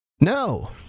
No